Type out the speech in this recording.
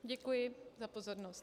Děkuji za pozornost.